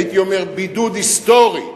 הייתי אומר בידוד היסטורי,